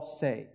say